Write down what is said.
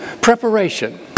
preparation